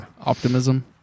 Optimism